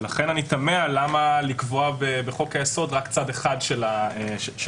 לכן אני תמה למה לקבוע בחוק היסוד רק צד אחד של המטבע.